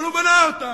אבל הוא בנה אותם,